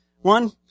One